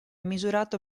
misurato